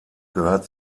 gehört